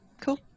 cool